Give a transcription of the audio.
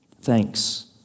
Thanks